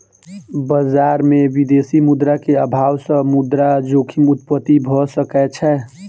बजार में विदेशी मुद्रा के अभाव सॅ मुद्रा जोखिम उत्पत्ति भ सकै छै